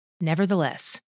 Nevertheless